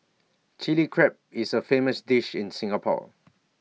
Chilli Crab is A famous dish in Singapore